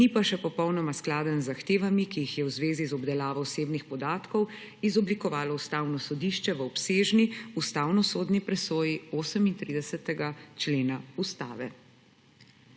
ni pa še popolnoma skladen z zahtevami, ki jih je v zvezi z obdelavo osebnih podatkov izoblikovalo Ustavno sodišče v obsežniustavnosodni presoji 38. člena Ustave.